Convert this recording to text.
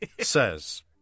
says